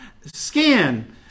skin